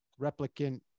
replicant